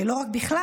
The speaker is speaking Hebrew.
ולא רק בכלל,